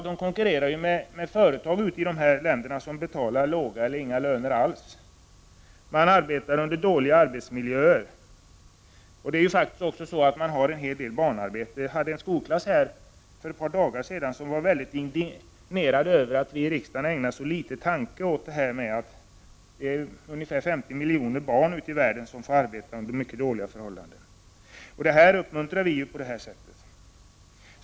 De konkurrerar med företag i länder där man betalar låga eller inga löner alls och där människor arbetar i dåliga arbetsmiljöer. Det förekommer faktiskt också en hel del barnarbete. Jag hade för ett par dagar sedan en skolklass på besök. Eleverna var mycket indignerade över att vi i riksdagen ägnar så liten tanke åt att ungefär 50 miljoner barn ute i världen får arbeta under mycket dåliga förhållanden. Det förhållandet uppmuntrar vi ju på det här sättet.